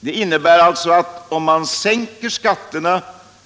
Det innebär alltså att om man sänker skatterna